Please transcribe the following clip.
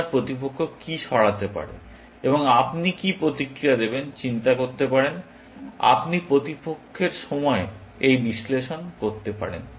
আপনার প্রতিপক্ষ কি সরাতে পারে এবং আপনি কি প্রতিক্রিয়া দেবেন চিন্তা করতে পারেন আপনি প্রতিপক্ষের সময়ে এই বিশ্লেষণ করতে পারেন